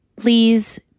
Please